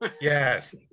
Yes